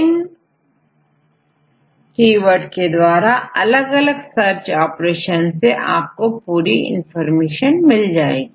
इन keyword के द्वारा अलग अलग सर्च ऑपरेशन से आपको पूरी इंफॉर्मेशन मिल जाएगी